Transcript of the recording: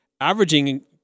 averaging